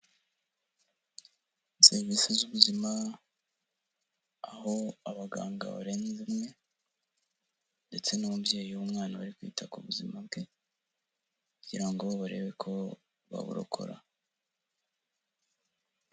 Serivisi z'ubuzima, aho abaganga barenze imwe ndetse n'umubyeyi w'umwana bari kwita ku buzima bwe kugira ngo barebe ko baburokora.